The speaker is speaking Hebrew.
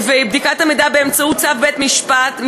בדיקת המידע באמצעות צו בית-משפט,